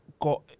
got